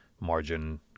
margin